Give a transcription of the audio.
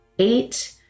Eight